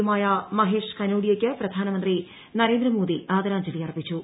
യുമായ മഹേഷ് കനോഡിയക്ക് പ്രധാനമന്ത്രി നരേന്ദ്രമോദി ആദരാഞ്ജലി അർപ്പിച്ചു